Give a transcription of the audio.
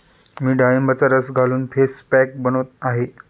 मी डाळिंबाचा रस घालून फेस पॅक बनवत आहे